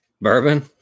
Bourbon